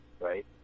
right